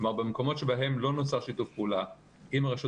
במקומות שבהם לא נוצר שיתוף פעולה עם הרשות